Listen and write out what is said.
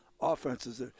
offenses